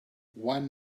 one